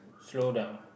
slow down